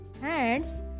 hands